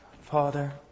Father